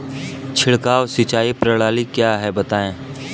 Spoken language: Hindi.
छिड़काव सिंचाई प्रणाली क्या है बताएँ?